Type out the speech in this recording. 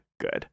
good